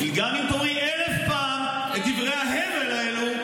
גם אם תאמרי אלף פעם את דברי ההבל האלה,